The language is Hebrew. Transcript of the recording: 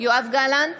יואב גלנט,